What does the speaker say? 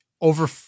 over